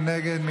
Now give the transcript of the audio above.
מי נגד?